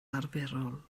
arferol